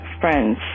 friends